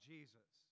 Jesus